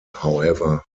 however